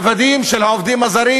יש לנו סחר עבדים של העובדים הזרים,